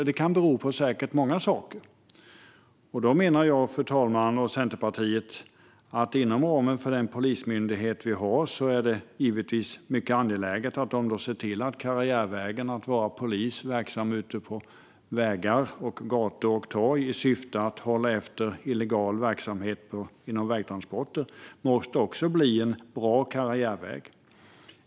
Det kan bero på många saker. Jag och Centerpartiet menar att det inom ramen för den polismyndighet vi har är mycket angeläget att man ser till att karriärvägen att vara polis ute på vägar, gator och torg i syfte att hålla efter illegal verksamhet som gäller vägtransporter också måste vara en bra karriärväg.